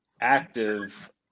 active